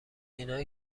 اینایی